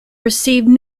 received